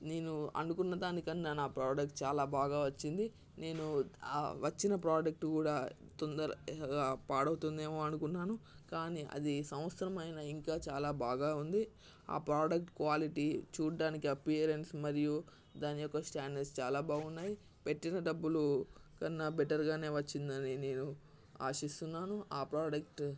నేను అనుకున్న దానికన్నా నా ప్రోడక్ట్ చాలా బాగా వచ్చింది నేను ఆ వచ్చిన ప్రోడక్ట్ కూడా తొందరగా పాడవుతుందేమో అనుకున్నాను కానీ అది సంవత్సరమైనా ఇంకా చాలా బాగా ఉంది ఆ ప్రోడక్ట్ క్వాలిటీ చూడ్డానికి అపీరెన్స్ మరియు దాని యొక్క స్టాండర్డ్స్ చాలా బాగున్నాయి పెట్టిన డబ్బులు కన్నా బెటర్ గానే వచ్చిందని నేను ఆశిస్తున్నాను ఆ ప్రోడక్ట్